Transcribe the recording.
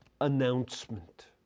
announcement